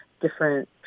different